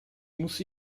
muss